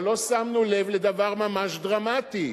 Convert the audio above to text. אבל לא שמנו לב לדבר ממש דרמטי.